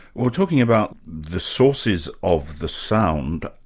well talking about the sources of the sound,